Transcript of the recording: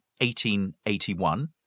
1881